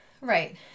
Right